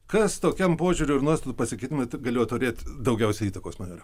kas tokiam požiūriui ir nuostatų pasikeitimai galėjo turėt daugiausia įtakos majore